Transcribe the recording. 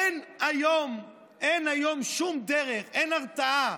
אין היום שום דרך, אין הרתעה.